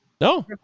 No